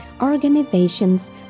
organizations